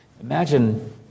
Imagine